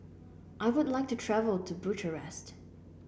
I would like to travel to Bucharest